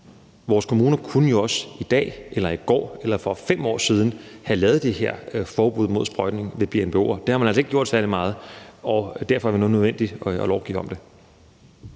vores kommuner jo også i dag, i går eller for 5 år siden kunne have lavet det her forbud mod sprøjtning ved BNBO'er. Det har man altså ikke gjort særlig meget, og derfor er det nu nødvendigt at lovgive om det.